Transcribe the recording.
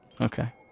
Okay